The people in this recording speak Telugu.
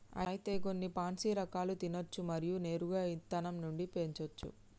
అయితే గొన్ని పాన్సీ రకాలు తినచ్చు మరియు నేరుగా ఇత్తనం నుండి పెంచోచ్చు